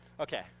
Okay